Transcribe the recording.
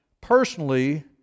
personally